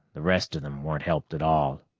the rest of them weren't helped at all.